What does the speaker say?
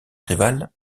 rival